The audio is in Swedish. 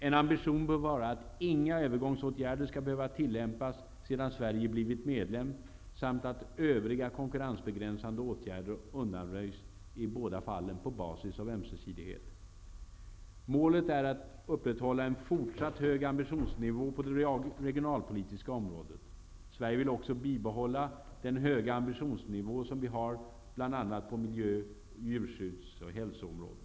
En ambition bör vara att inga övergångsåtgärder skall behöva tillämpas sedan Sverige blivit medlem samt att övriga konkurrensbegränsande åtgärder undanröjs, i båda fallen på basis av ömsesidighet. Målet är att upprätthålla en fortsatt hög ambitionsnivå på det regionalpolitiska området. Sverige vill också bibehålla den höga ambitionsnivå som vi har på bl.a. miljö-, djurskydds och hälsoområdet.